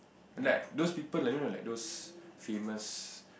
like those people I don't know like those famous